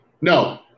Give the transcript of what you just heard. No